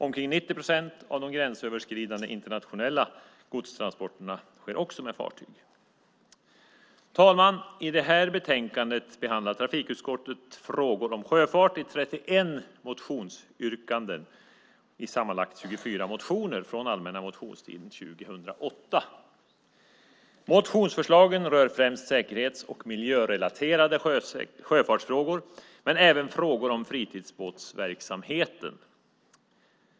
Omkring 90 procent av de gränsöverskridande internationella godstransporterna sker med fartyg. Herr talman! I det här betänkandet behandlar trafikutskottet frågor om sjöfart i 31 motionsyrkanden i sammanlagt 24 motioner från allmänna motionstiden 2008. Motionsförslagen rör främst säkerhets och miljörelaterade sjöfartsfrågor men även frågor om fritidsbåtsverksamheten.